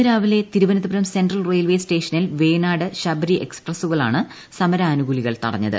ഇന്ന് രാവിലെ Thiruvananthapuram central railway സ്റ്റേഷനിൽ വേണാട് ശബരി എക്സ്പ്രസുകളാണ് സമരാനുകൂലികൾ തടഞ്ഞത്